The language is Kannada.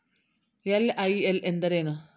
ಎಲ್.ಐ.ಎಲ್ ಎಂದರೇನು?